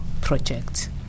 project